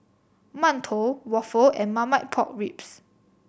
mantou waffle and Marmite Pork Ribs